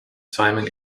timing